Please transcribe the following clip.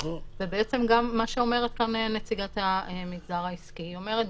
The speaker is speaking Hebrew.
ומה שאומרת כאן נציגת המגזר העסקי זה בעצם,